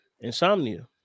Insomnia